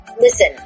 Listen